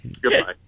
Goodbye